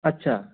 अच्छा